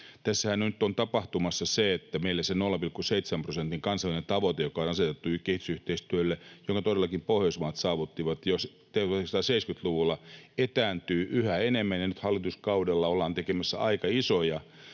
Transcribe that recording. Tässähän nyt on tapahtumassa se, että meillä se 0,7 prosentin kansallinen tavoite, joka on asetettu kehitysyhteistyölle, jonka todellakin muut Pohjoismaat saavuttivat jo 1970-luvulla, etääntyy yhä enemmän, ja nyt hallituskaudella ollaan tekemässä aika isoja